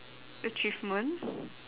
achievement